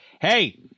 Hey